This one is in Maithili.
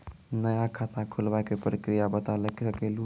नया खाता खुलवाए के प्रक्रिया बता सके लू?